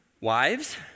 Wives